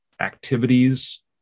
activities